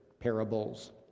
parables